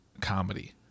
comedy